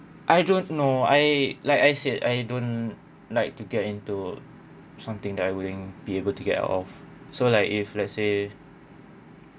I don't know I like I said I don't like to get into something that I wouldn't be able to get out off so like if let's say